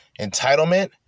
Entitlement